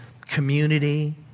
community